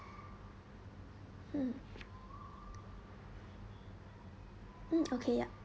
mm mm okay yap